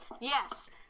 Yes